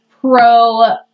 pro